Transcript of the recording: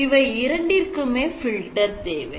இவை இரண்டிற்குமே filter தேவை